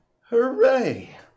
Hooray